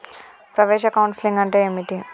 ప్రవేశ కౌన్సెలింగ్ అంటే ఏమిటి?